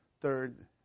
third